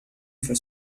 for